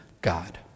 God